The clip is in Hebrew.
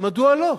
מדוע לא?